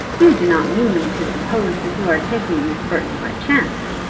you do not mean me to suppose that you are taking miss burton by chance.